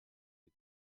die